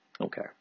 Okay